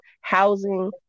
housing